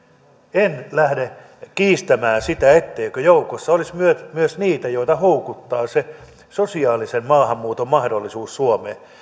en lähde kiistämään sitä etteikö joukossa olisi myös niitä joita houkuttaa se sosiaalisen maahanmuuton mahdollisuus suomeen